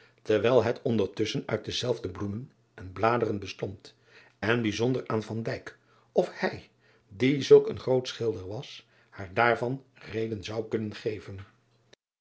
terwijl het ondertusschen uit dezelfde bloemen en bladen bestond en bijzonder aan of hij die zulk een groot schilder was haar daarvan reden zou kunnen geven